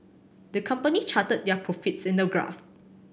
the company charted their profits in a graph